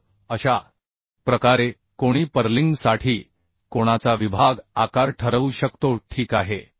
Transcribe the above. तर अशा प्रकारे कोणी पर्लिंग साठी कोणाचा विभाग आकार ठरवू शकतो ठीक आहे